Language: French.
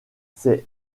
c’est